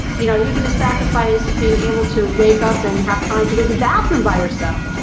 you know you're going to sacrifice being able to wake up and have time to the the bathroom by yourself,